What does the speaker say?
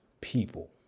people